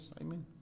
amen